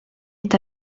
est